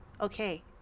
okay